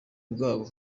bwabo